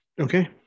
Okay